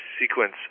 sequence